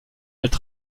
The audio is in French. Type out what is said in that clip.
elles